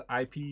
IP